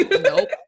nope